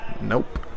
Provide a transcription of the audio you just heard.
Nope